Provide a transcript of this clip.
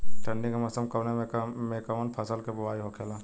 ठंडी के मौसम कवने मेंकवन फसल के बोवाई होखेला?